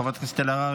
חברת הכנסת אלהרר,